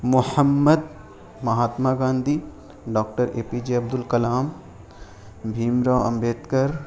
Muhammad Mahatma Gandhi doctor A P J Abdul Kalam Bhim Rao Ambedkar